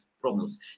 problems